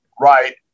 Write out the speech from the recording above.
Right